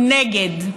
הוא נגד.